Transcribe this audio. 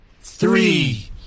Three